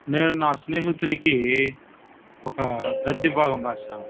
నేను నా స్నేహితునికి ఒక గద్య భాగం రాసాను